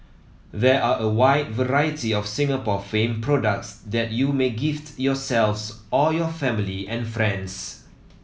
there are a wide variety of Singapore famed products that you may gift yourselves or your family and friends